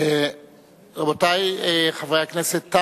רבותי חברי הכנסת,